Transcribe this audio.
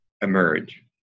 emerge